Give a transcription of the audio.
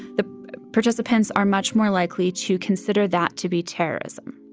the participants are much more likely to consider that to be terrorism